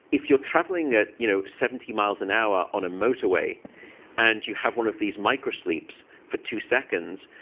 if you're traveling at you know seventy miles an hour on a motorway and you have one of these microsleeps for two seconds,